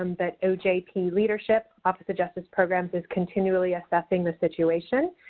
um but ojp leadership, office of justice programs is continually assessing the situation.